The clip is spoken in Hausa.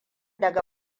daga